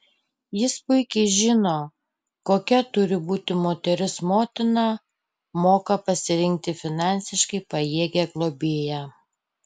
jis puikiai žino kokia turi būti moteris motina moka pasirinkti finansiškai pajėgią globėją